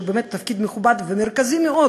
שהוא באמת תפקיד מכובד ומרכזי מאוד,